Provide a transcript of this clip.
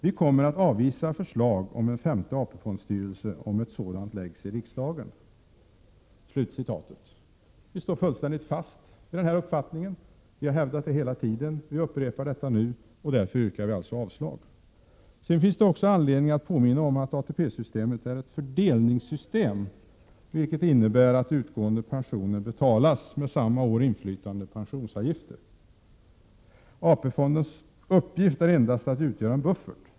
Vi kommer att avvisa förslag om en femte AP-fondstyrelse, om ett sådant läggs i riksdagen.” Vi står fullständigt fast vid denna uppfattning, vi har hävdat den hela tiden, och vi upprepar den nu, och därför yrkar vi avslag på propositionen. Det finns även anledning att påminna om att ATP-systemet är ett fördelningssystem, vilket innebär att utgående pensioner betalas med samma år inflytande pensionsavgifter. AP-fondens uppgift är endast att utgöra en buffert.